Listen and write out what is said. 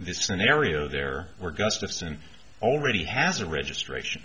this scenario there were gustafson already has a registration